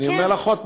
אני אומר לך עוד פעם,